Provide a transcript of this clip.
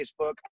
Facebook